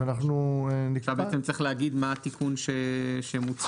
עכשיו צריך להגיד מה התיקון שמוצע.